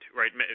right